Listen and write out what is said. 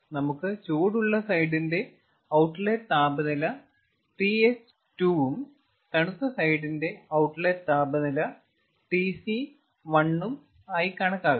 നമുക്ക് ചൂടുള്ള സൈഡിന്റെ ഔട്ട്ലെറ്റ് താപനില Th2 ഉം തണുത്ത സൈഡിന്റെ ഔട്ട്ലെറ്റ് താപനില Tc1 ഉം ആയി കണക്കാക്കാം